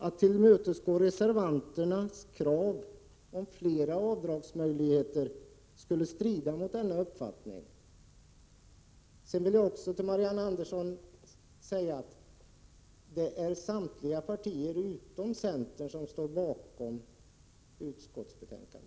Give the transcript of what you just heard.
Att tillmötesgå reservanternas krav på fler avdragsmöjligheter skulle strida mot denna målsättning. Jag vill också säga till Marianne Andersson att det är samtliga partier utom | centern som står bakom utskottsbetänkandet.